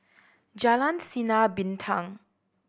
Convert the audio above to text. Jalan Sinar Bintang